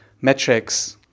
metrics